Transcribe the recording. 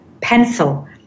pencil